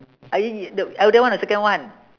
ah i~ the elder one or second one